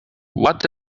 what